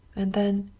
and then